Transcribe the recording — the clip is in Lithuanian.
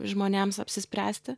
žmonėms apsispręsti